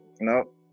nope